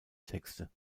texte